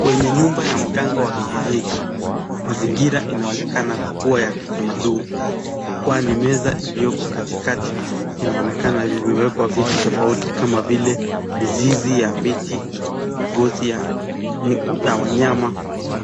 Kwenye nyumba ya mganga wa kienyeji, mazingira inaonekana kua ya kitamaduni kwani meza iliyoko katikati inaonekana vimekwa vitu tofauti kama vile mizizi ya miti, ngozi ya wanyama